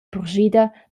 purschida